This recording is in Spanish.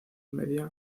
media